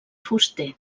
fuster